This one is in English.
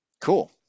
Cool